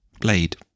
Blade